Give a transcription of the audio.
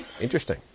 interesting